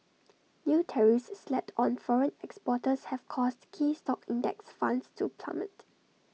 new tariffs slapped on foreign exporters have caused key stock index funds to plummet